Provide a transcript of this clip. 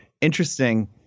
interesting